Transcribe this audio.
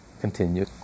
Continue